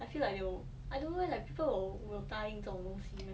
I feel like they won't I don't know eh like people will 答应这种东西 meh